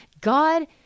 god